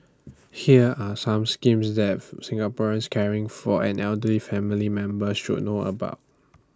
here are some schemes that Singaporeans caring for an elderly family member should know about